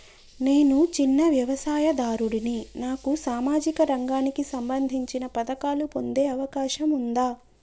నేను చిన్న వ్యవసాయదారుడిని నాకు సామాజిక రంగానికి సంబంధించిన పథకాలు పొందే అవకాశం ఉందా?